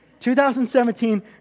2017